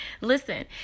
Listen